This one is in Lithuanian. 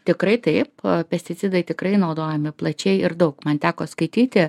tikrai taip pesticidai tikrai naudojami plačiai ir daug man teko skaityti